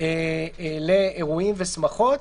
לאירועים ושמחות,